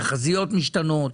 תחזיות משתנות,